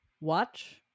Watch